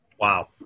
Wow